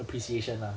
appreciation lah